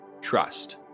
trust